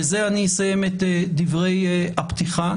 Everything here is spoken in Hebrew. בזה אסיים את דברי הפתיחה.